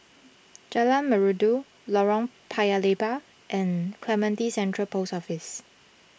Jalan Merdu Lorong Paya Lebar and Clementi Central Post Office